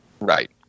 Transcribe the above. Right